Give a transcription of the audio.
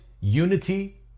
unity